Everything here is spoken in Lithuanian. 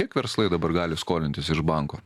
kiek verslai dabar gali skolintis iš banko